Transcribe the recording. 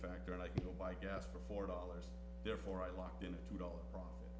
factor and i can go buy gas for four dollars therefore i locked in a two dollar